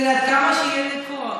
תראה, עד כמה שיהיה לי כוח.